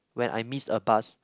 when I miss a bus